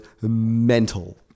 mental